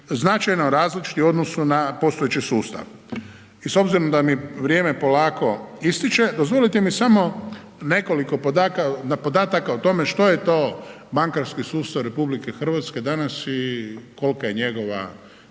značajno različiti u odnosu na postojeći sustav i s obzirom da mi vrijeme polako ističe, dozvolite mi samo nekoliko podataka o tome što je to bankarski sustav RH danas i kolika je njegova